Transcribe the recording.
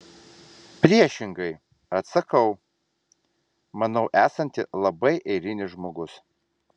priešingai atsakau manau esanti labai eilinis žmogus